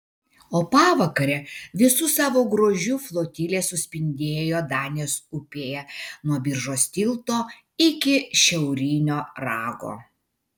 o pavakare visu savo grožiu flotilė suspindėjo danės upėje nuo biržos tilto iki šiaurinio rago